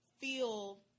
feel